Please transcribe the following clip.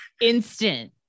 instant